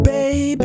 Baby